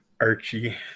Archie